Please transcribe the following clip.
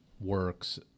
works